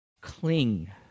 Cling